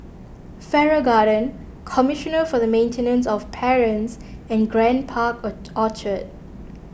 Farrer Garden Commissioner for the Maintenance of Parents and Grand Park Orchard